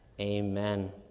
Amen